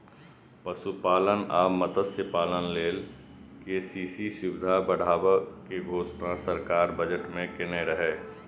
पशुपालन आ मत्स्यपालन लेल के.सी.सी सुविधा बढ़ाबै के घोषणा सरकार बजट मे केने रहै